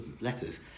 letters